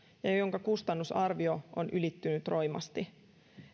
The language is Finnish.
ja ja jonka kustannusarvio on ylittynyt roimasti